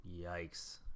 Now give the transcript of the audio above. Yikes